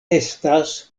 estas